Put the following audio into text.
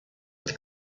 with